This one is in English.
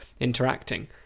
interacting